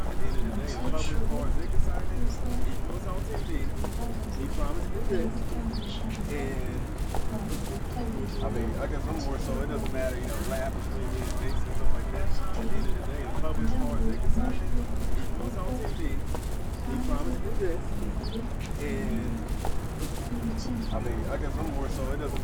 Umukecuru ukuze akaba ahagaze ari gutanga ijambo, ku bantu bitabiriye igikorwa runaka, afite indangururamajwi mu kaboko kandi yambaye imyenda y'imikenyero.